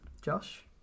Josh